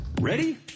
Ready